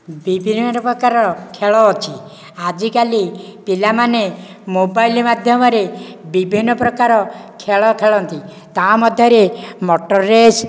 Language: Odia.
ବିଭିନ୍ନ ପ୍ରକାର ଖେଳ ଅଛି ଆଜିକାଲି ପିଲାମାନେ ମୋବାଇଲ ମାଧ୍ୟମ ରେ ବିଭିନ୍ନ ପ୍ରକାର ଖେଳ ଖେଳନ୍ତି ତା ମଧ୍ୟରେ ମୋଟର ରେସ୍